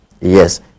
yes